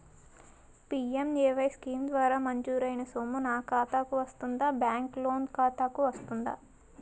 PMAY scheme ద్వారా మంజూరైన సొమ్ము నా ఖాతా కు వస్తుందాబ్యాంకు లోన్ ఖాతాకు వస్తుందా?